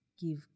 give